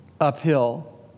uphill